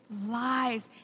lies